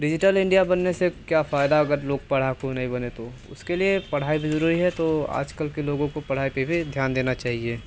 digital India बनने से क्या फ़ायदा अगर लोग पढ़ाकू नहीं बने तो उसके लिए पढ़ाई भी ज़रूरी है तो आजकल के लोगों को पढ़ाई पर भी ध्यान देना चाहिए